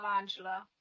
Angela